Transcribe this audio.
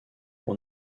pour